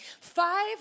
Five